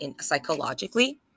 psychologically